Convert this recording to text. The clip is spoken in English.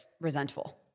resentful